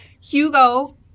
Hugo